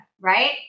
right